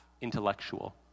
intellectual